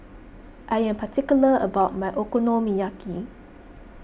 I am particular about my Okonomiyaki